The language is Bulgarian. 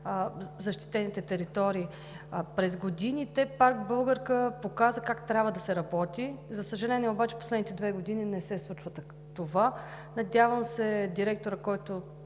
защитените територии. През годините Парк „Българка“ показа как трябва да се работи – за съжаление, през последните две години това не се случва. Надявам се директорът, който